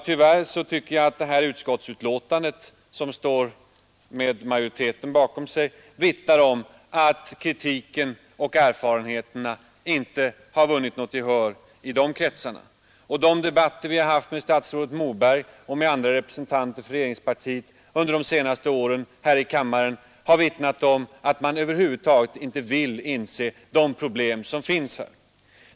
Tyvärr tycker jag att det här utskottsbetänkandet, som majoriteten står bakom, vittnar om att kritiken och erfarenheterna inte har vunnit något gehör i de kretsarna. De debatter vi haft med statsrådet Moberg och andra representanter för regeringspartiet under de senaste åren här i kammaren har vittnat om att man över huvud taget inte vill inse de problem som finns.